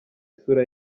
isura